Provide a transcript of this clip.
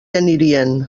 anirien